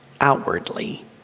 outwardly